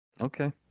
Okay